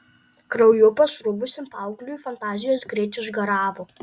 krauju pasruvusiam paaugliui fantazijos greit išgaravo